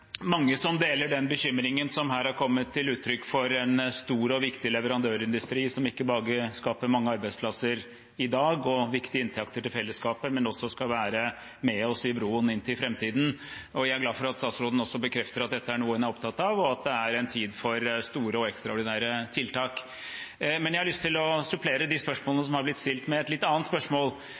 mange som deler den bekymringen som her har kommet til uttrykk for en stor og viktig leverandørindustri, som ikke bare skaper mange arbeidsplasser i dag og viktige inntekter til fellesskapet, men som også skal være med oss i broen inn til framtiden. Jeg er glad for at statsråden også bekrefter at dette er noe hun er opptatt av, og at det er en tid for store og ekstraordinære tiltak. Jeg har lyst til å supplere de spørsmålene som har blitt stilt, med et litt annet spørsmål: